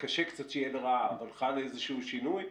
קשה קצת שיהיה לרעה, אבל חל איזשהו שינוי,